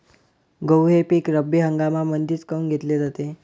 गहू हे पिक रब्बी हंगामामंदीच काऊन घेतले जाते?